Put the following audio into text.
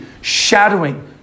shadowing